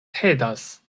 tedas